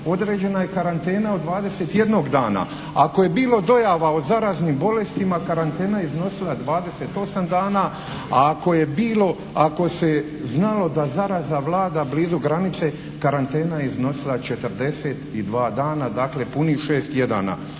određena je karantena od 21 dana, ako je bilo dojava o zaraznim bolestima karantena je iznosila 28 dana, a ako se znalo da zaraza vlada blizu granice karantena je iznosila 42 dana, dakle punih šest